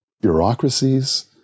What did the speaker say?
bureaucracies